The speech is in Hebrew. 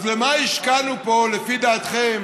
אז למה השקענו פה לפי דעתכם